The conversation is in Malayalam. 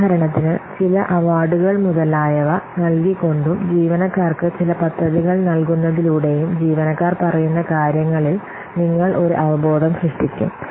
ഉദാഹരണത്തിന് ചില അവാർഡുകൾ മുതലായവ നൽകിക്കൊണ്ടും ജീവനക്കാർക്ക് ചില പദ്ധതികൾ നൽകുന്നതിലൂടെയും ജീവനക്കാർ പറയുന്ന കാര്യങ്ങളിൽ നിങ്ങൾ ഒരു അവബോധം സൃഷ്ടിക്കും